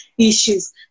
issues